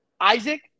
Isaac